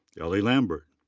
elly lambert.